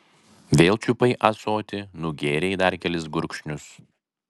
vėl čiupai ąsotį nugėrei dar kelis gurkšnius